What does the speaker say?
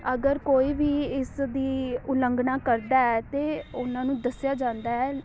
ਅਗਰ ਕੋਈ ਵੀ ਇਸ ਦੀ ਉਲੰਘਣਾ ਕਰਦਾ ਹੈ ਤਾਂ ਉਹਨਾਂ ਨੂੰ ਦੱਸਿਆ ਜਾਂਦਾ ਹੈ